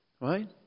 Right